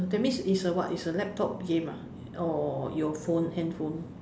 uh that means it's a what is a laptop game ah or your phone handphone